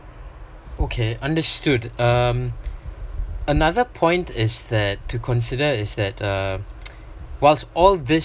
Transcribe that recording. okay understood um another point is that to consider is that uh whilst all these